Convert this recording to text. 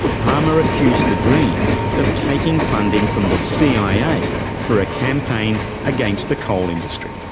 palmer accused the greens of taking funding from the cia for a campaign against the coal industry.